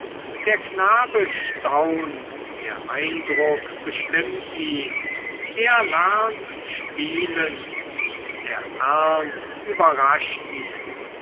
der knabe staunt der eindruck bestimmt ihn er lernt spielend der ernst überrascht ihn